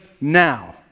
now